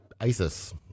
ISIS